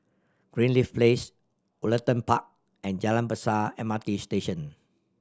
Greenleaf Place Woollerton Park and Jalan Besar M R T Station